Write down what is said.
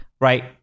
right